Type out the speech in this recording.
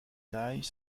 tailles